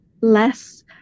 less